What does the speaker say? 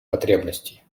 потребностей